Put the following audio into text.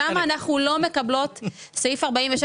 למה אנחנו לא מקבלות אישור לעניין סעיף 46?